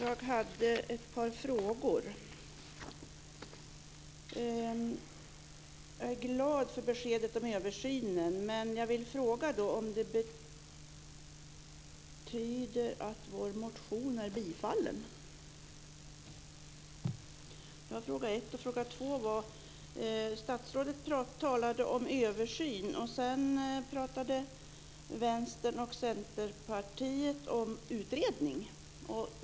Fru talman! Jag är glad över beskedet om en översyn men vill fråga om det betyder ett bifall till vår motion. Statsrådet talar om en översyn, och Vänstern och Centerpartiet talar om en utredning.